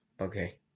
Okay